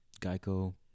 Geico